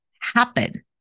happen